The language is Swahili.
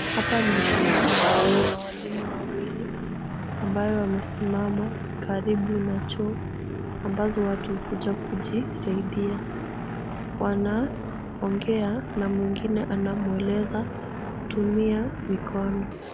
Hapa ni shuleni na kuna walimu wawili ambayo wamesimama karibu na choo ambazo watu huja kujisaidia. Wanaongea na mwingine anamueleza kutumia mikono.